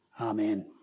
Amen